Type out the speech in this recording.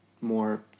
more